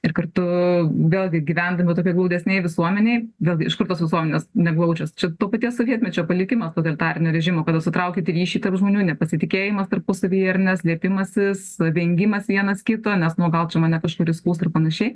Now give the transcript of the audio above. ir kartu vėl gi gyvendami tokioj glaudesnėj visuomenėj vėl iš kur tos visuomenės neglaudžios čia to paties sovietmečio palikimas totalitarinio režimo kada sutraukyti ryšiai tarp žmonių nepasitikėjimas tarpusavyje ar ne slėpimasis vengimas vienas kito nes nu gal čia mane kažkur įskųs ir panašiai